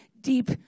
deep